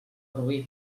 roí